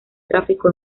tráfico